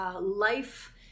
life